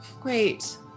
Great